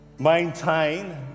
maintain